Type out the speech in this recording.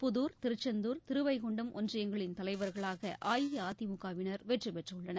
புதூர் திருச்செந்தூர் திருவைகுண்டம் ஒன்றியங்களின் தலைவர்களாக அஇஅதிமுகவினர் வெற்றி பெற்றுள்ளனர்